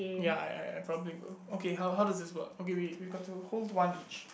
ya I I I probably will okay how does this work okay we we've got to hold one each